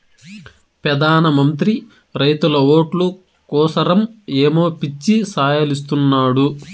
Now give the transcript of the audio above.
పెదాన మంత్రి రైతుల ఓట్లు కోసరమ్ ఏయో పిచ్చి సాయలిస్తున్నాడు